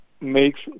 makes